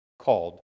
called